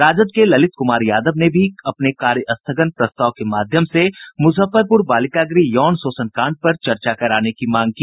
राजद के ललित कुमार यादव ने भी अपने कार्य स्थगन प्रस्ताव के माध्यम से मुजफ्फरपुर बालिका गृह यौन शोषण कांड पर चर्चा कराने की मांग की